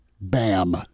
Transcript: Bam